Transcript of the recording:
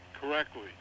correctly